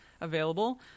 available